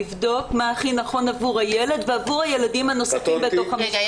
לבדוק מה הכי נכון עבור הילד ועבור הילדים הנוספים בתוך המשפחה.